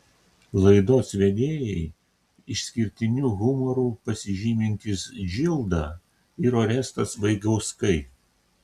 laidos vedėjai išskirtiniu humoru pasižymintys džilda ir orestas vaigauskai